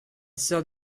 sœur